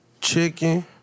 Chicken